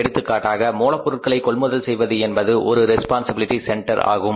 எடுத்துக்காட்டாக மூலப் பொருட்களை கொள்முதல் செய்வது என்பது ஒரு ரெஸ்பான்சிபிலிட்டி சென்டர் ஆகும்